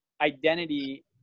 identity